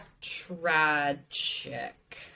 tragic